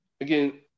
again